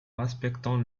respectant